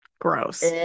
Gross